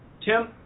Tim